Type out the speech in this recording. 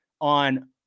on